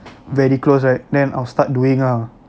very close right then I'll start doing ah